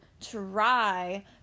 try